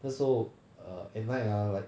that's so err at night ah like